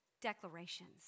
declarations